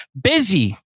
Busy